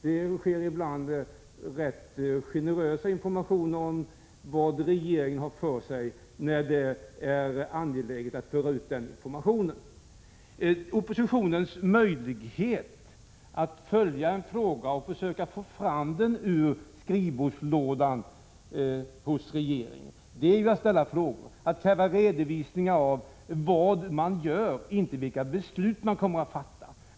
Det ges ibland rätt generös information om vad regeringen har för sig när det är angeläget att föra ut den informationen. Oppositionens möjlighet att följa en fråga, att försöka få fram den ur regeringens skrivbordslådor, består ju i att ställa frågor, att kräva redovisning av vad man gör — inte vilka beslut man kommer att fatta.